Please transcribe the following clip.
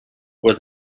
where